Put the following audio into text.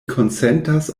konsentas